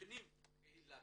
הפנים קהילתית,